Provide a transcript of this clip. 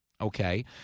Okay